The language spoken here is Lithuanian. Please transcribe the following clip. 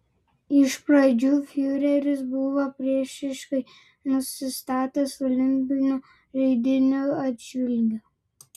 iš pradžių fiureris buvo priešiškai nusistatęs olimpinių žaidynių atžvilgiu